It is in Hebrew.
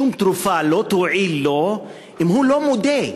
שום תרופה לא תועיל לו אם הוא לא מודה,